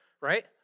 right